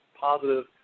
positive